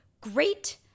great